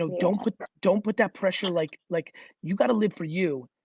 ah don't put don't put that pressure. like like you gotta live for you.